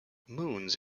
moons